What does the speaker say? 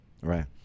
Right